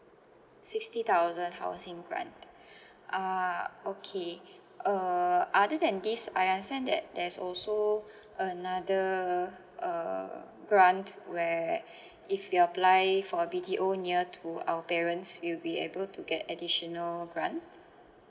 sixty thousand housing grant ah okay uh other than this I understand that there's also another uh grant where if we apply for B_T_O near to our parents we'll be able to get additional grant